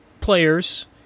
players